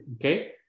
Okay